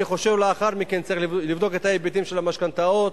אני חושב שלאחר מכן צריך לבדוק את ההיבטים של המשכנתאות,